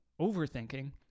overthinking